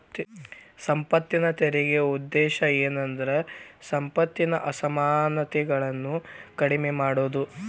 ಸಂಪತ್ತಿನ ತೆರಿಗೆ ಉದ್ದೇಶ ಏನಂದ್ರ ಸಂಪತ್ತಿನ ಅಸಮಾನತೆಗಳನ್ನ ಕಡಿಮೆ ಮಾಡುದು